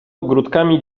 ogródkami